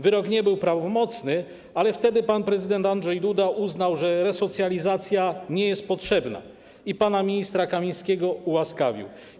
Wyrok nie był prawomocny, ale wtedy pan prezydent Andrzej Duda uznał, że resocjalizacja nie jest potrzebna i pana ministra Kamińskiego ułaskawił.